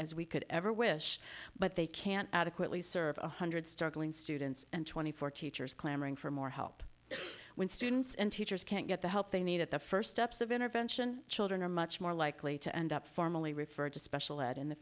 as we could ever wish but they can't adequately serve one hundred struggling students and twenty four teachers clamoring for more help when students and teachers can't get the help they need at the first steps of intervention children are much more likely to end up formally referred to special ed in the